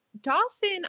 Dawson